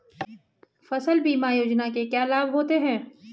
फसल बीमा योजना से क्या लाभ होता है?